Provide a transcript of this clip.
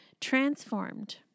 transformed